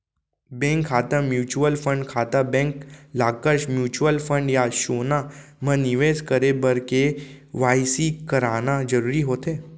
bank खाता, mutual fund खाता, bank lockers, mutual fund या सोना म निवेस करे बर के.वाई.सी कराना जरूरी होथे